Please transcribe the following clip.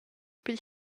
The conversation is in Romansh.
pil